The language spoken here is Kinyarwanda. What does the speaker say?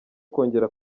kongera